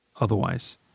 otherwise